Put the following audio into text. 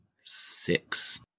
six